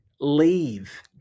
Leave